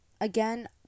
again